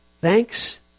Thanks